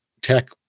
tech